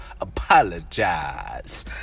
Apologize